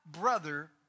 brother